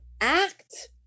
act